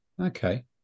okay